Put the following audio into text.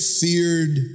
feared